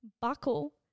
buckle